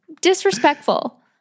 Disrespectful